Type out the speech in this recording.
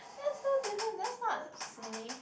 that's so different that's not silly